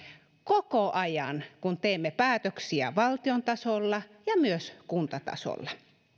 koko ajan kun teemme päätöksiä valtion tasolla ja myös kuntatasolla